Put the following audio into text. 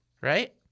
right